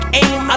aim